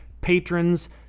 patrons